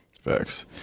facts